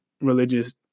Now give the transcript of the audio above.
religious